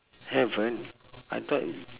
haven't I thought